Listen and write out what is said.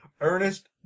Ernest